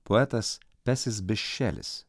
poetas pesis bišelis